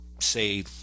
say